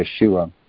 Yeshua